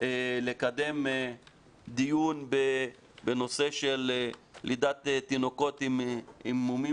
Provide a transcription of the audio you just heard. לקדם דיון בנושא של לידת תינוקות עם מומים